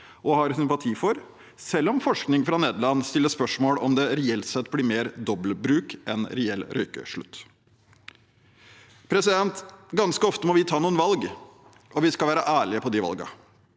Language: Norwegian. og har sympati for, selv om forskning fra Nederland stiller spørsmål om det reelt sett blir mer dobbelbruk enn reell røykeslutt. Ganske ofte må vi ta noen valg, og vi skal være ærlige på de valgene.